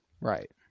Right